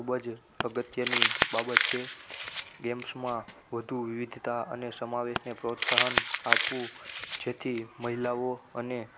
ખૂબ જ અગત્યની બાબત છે ગેમ્સમાં વધુ વિવિધતા અને સમાવેશને પ્રોત્સાહન આપવું જેથી મહિલાઓ અને